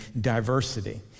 diversity